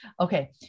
Okay